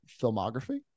filmography